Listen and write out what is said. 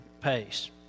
pace